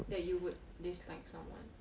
that you would dislike someone